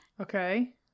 okay